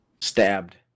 stabbed